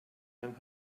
lang